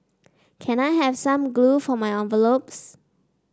can I have some glue for my envelopes